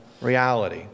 reality